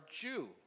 Jew